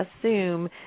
assume